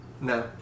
No